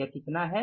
यह कितना है